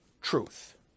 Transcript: truth